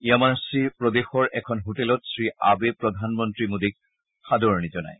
Yamanashi প্ৰদেশৰ এখন হোটেলত শ্ৰীআবে প্ৰধানমন্ত্ৰী মোদীক আদৰণি জনায়